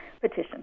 petition